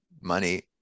money